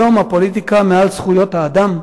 היום הפוליטיקה מעל זכויות האדם.